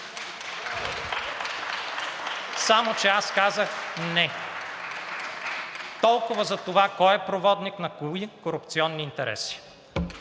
Само че аз казах – не. Толкова за това кой е проводник на кои корупционни интереси.